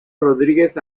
rodríguez